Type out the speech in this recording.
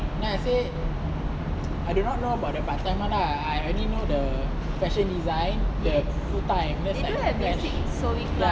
then I said I do not know about the part time one lah I only know the fashion design the full time cause like flash ya